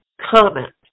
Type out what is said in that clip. comment